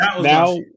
Now